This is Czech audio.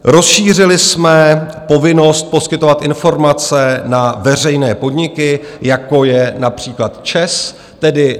Rozšířili jsme povinnost poskytovat informace na veřejné podniky, jako je například ČEZ.